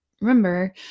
remember